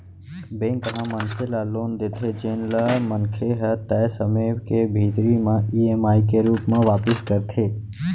bank ह मनसे ल लोन देथे जेन ल मनखे ह तय समे के भीतरी म ईएमआई के रूप म वापिस करथे